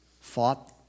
fought